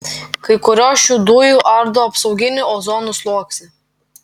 kai kurios šių dujų ardo apsauginį ozono sluoksnį